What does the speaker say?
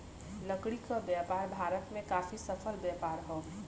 लकड़ी क व्यापार भारत में काफी सफल व्यापार हौ